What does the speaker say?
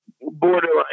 borderline